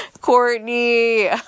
Courtney